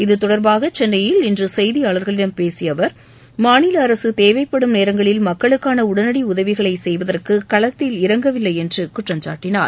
இத்தொடர்பாக கென்னையில் இன்று செய்தியாளர்களிடம் பேசிய அவர் மாநில அரசு தேவைப்படும் நேரங்களில் மக்களுக்கான உடனடி உதவிகளை செய்வதற்கு களத்தில் இறங்கவில்லை என்று குற்றம்சாட்டினார்